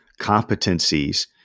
competencies